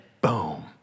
boom